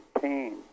pain